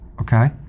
okay